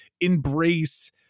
embrace